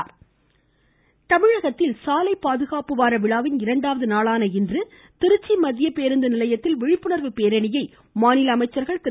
கொல்லி கொல்லி கொல்லி சாலை பாதுகாப்பு தமிழகத்தில் சாலை பாதுகாப்பு வார விழாவின் இரண்டாவது நாளான இன்று திருச்சி மத்திய பேருந்துநிலையத்தில் விழிப்புணர்வு பேரணியை மாநில அமைச்சர்கள் திரு